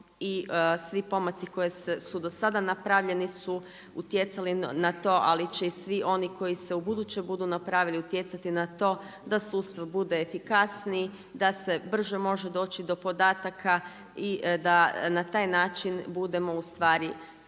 i svi pomaci koji su se dosada napravili utjecali na to, ali će i svi koji se u buduće budu napravili utjecati na to da sudstvo bude efikasnije, da se brže može doći do podataka i da na taj način budemo svi skupa